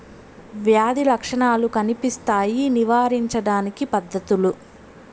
వ్యాధి లక్షణాలు కనిపిస్తాయి నివారించడానికి పద్ధతులు?